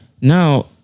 now